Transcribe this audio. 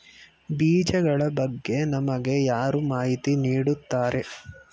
ಬೀಜಗಳ ಬಗ್ಗೆ ನಮಗೆ ಯಾರು ಮಾಹಿತಿ ನೀಡುತ್ತಾರೆ?